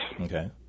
Okay